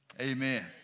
amen